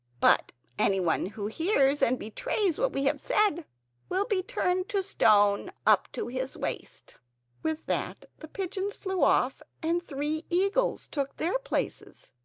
but anyone who hears and betrays what we have said will be turned to stone up to his waist with that the pigeons flew off and three eagles took their places,